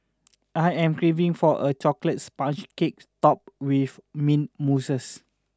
I am craving for a chocolate sponge cake topped with mint mousse